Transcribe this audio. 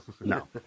No